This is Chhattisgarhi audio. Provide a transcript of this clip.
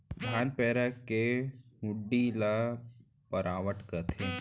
धान पैरा के हुंडी ल पैरावट कथें